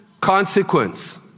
Consequence